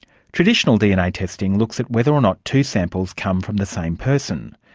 traditional dna testing looks at whether or not two samples come from the same person.